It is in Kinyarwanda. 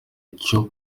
icyo